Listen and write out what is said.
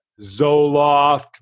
Zoloft